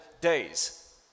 days